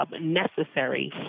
necessary